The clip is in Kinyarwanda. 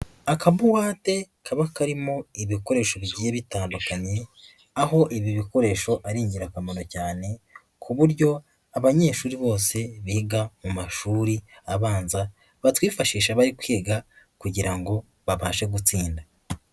Akabuwate kaba karimo ibikoresho bigiye bitandukanye aho ibi bikoresho ari ingirakamaro cyane ku buryo abanyeshuri bose biga mu mashuri abanza batwifashisha bari kwiga kugira ngo babashe gutsinda.